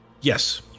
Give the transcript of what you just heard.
Yes